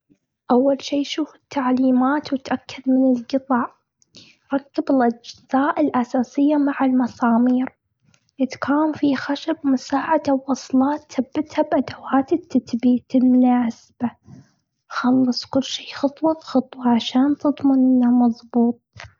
أول شي، شوف التعليمات واتأكد من القطع. ركب الأجزاء الأساسية مع المسامير. إذا في خشب مساعدة ووصلات، ثبتها بأدوات التثبيت المناسبة. خلص كل شي خطوة بخطوة عشان تضمن إنها مظبوط.